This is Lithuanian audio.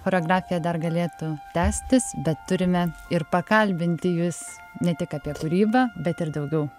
choreografija dar galėtų tęstis bet turime ir pakalbinti jus ne tik apie kūrybą bet ir daugiau